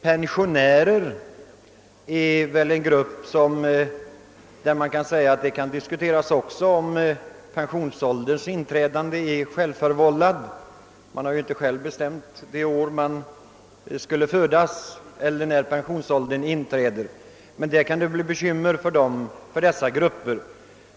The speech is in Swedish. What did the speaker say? Pensionärer kan också komma i fråga, ty det kan ju diskuteras om pensionsålderns inträdande är självförvållat; man har inte själv bestämt det år då man skulle födas eller när pensionsåldern skulle inträda. Det kan bli bekymmer för dessa grupper.